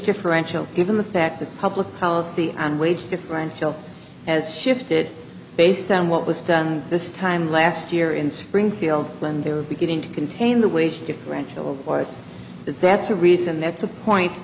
differential given the fact that public policy and wage differential as shifted based on what was done this time last year in springfield when they were beginning to contain the wage differential or it's that that's a reason that's a point